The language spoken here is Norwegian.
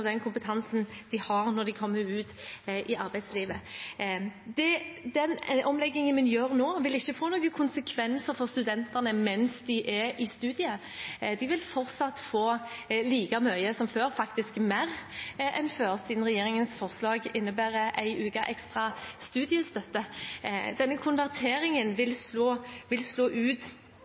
den kompetansen de har når de kommer ut i arbeidslivet. Den omleggingen vi gjør nå, vil ikke få noen konsekvenser for studentene mens de er i studiet. De vil fortsatt få like mye som før, faktisk mer enn før, siden regjeringens forslag innebærer en ukes ekstra studiestøtte. Denne konverteringen vil slå